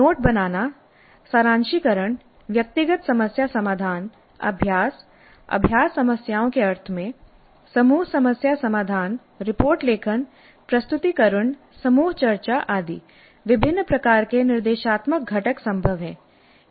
note बनाना सारांशीकरण व्यक्तिगत समस्या समाधान अभ्यास अभ्यास समस्याओं के अर्थ में समूह समस्या समाधान रिपोर्ट लेखन प्रस्तुतीकरण समूह चर्चा आदि विभिन्न प्रकार के निर्देशात्मक घटक संभव हैं